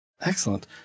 Excellent